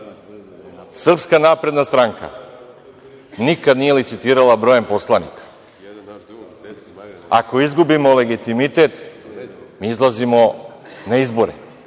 dana. Srpska napredna stranka nikad nije licitirala brojem poslanika. Ako izgubimo legitimitet, mi izlazimo na izbore,